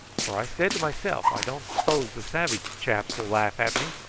for i said to myself, i don't s'pose the savage chaps will laugh at me,